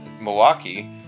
Milwaukee